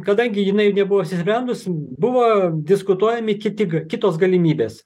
kadangi jinai nebuvo apsisprendus buvo diskutuojami kiti g kitos galimybės